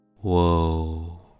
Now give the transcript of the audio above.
Whoa